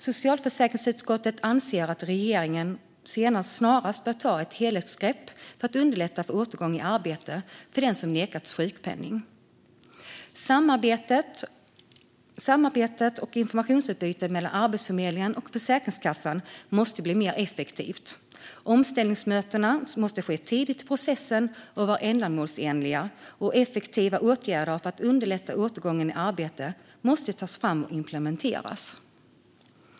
Socialförsäkringsutskottet anser att regeringen snarast bör ta ett helhetsgrepp för att underlätta för återgång i arbete för den som nekats sjukpenning. Samarbetet och informationsutbytet mellan Arbetsförmedlingen och Försäkringskassan måste bli mer effektivt. Omställningsmöten måste ske tidigt i processen och vara ändamålsenliga, och effektiva åtgärder för att underlätta återgången i arbete måste tas fram och implementeras.